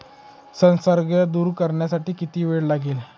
संसर्ग दूर करण्यासाठी किती वेळ लागेल?